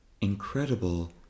incredible